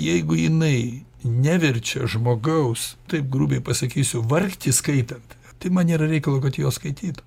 jeigu jinai neverčia žmogaus taip grubiai pasakysiu vargti skaitant tai man nėra reikalo kad jo skaityt